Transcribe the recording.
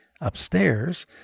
upstairs